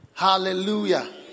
Hallelujah